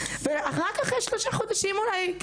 ורק אחרי שלושה חודשים אולי,